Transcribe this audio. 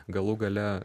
galų gale